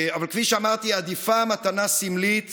כפי שאמרתי, עדיפה מתנה סמלית